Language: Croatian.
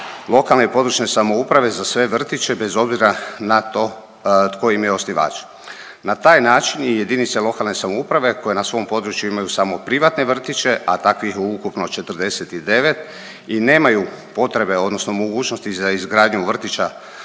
lokalne i područne samouprave za sve vrtiće bez obzira na to tko im je osnivač. Na taj način i jedinice lokalne samouprave koje na svom području imaju samo privatne vrtiće, a takvih je ukupno 49 i nemaju potrebe odnosno mogućnosti za izgradnju vrtića